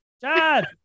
Dad